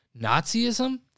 nazism